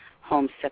homesick